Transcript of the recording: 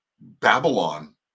Babylon